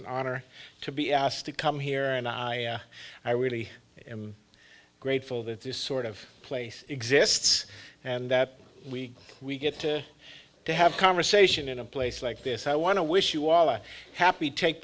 an honor to be asked to come here and i i really am grateful that this sort of place exists and that we we get to to have conversation in a place like this i want to wish you all a happy take